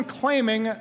claiming